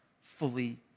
fully